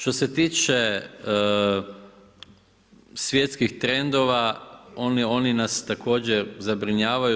Što se tiče svjetskih trendova oni nas također zabrinjavaju.